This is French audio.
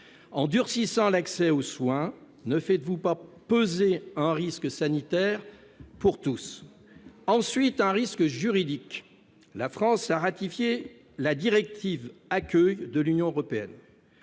En durcissant l'accès aux soins, ne faites-vous pas peser un risque sanitaire sur tous ? Ensuite, un risque juridique : la France a ratifié la directive Accueil de l'Union européenne,